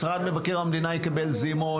משרד מבקר המדינה יקבל זימון,